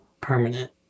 permanent